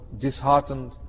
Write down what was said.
disheartened